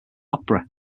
opera